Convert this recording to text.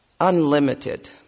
unlimited